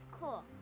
cool